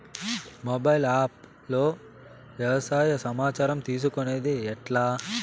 Mobile app లో వ్యవసాయ సమాచారం తీసుకొనేది ఎట్లా?